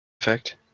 Effect